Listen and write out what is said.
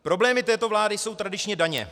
Problémy této vlády jsou tradičně daně.